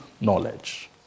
knowledge